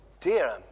dear